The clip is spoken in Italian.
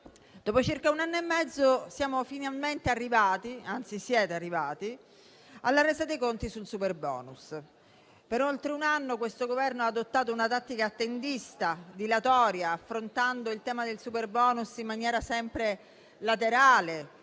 dopo circa un anno e mezzo siamo finalmente arrivati, anzi siete arrivati, alla resa dei conti sul superbonus. Per oltre un anno questo Governo ha adottato una tattica attendista, dilatoria, affrontando il tema del superbonus in maniera sempre laterale,